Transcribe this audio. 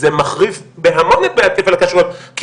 זה מחריף בהמון את בעיית כפל הכשרויות כי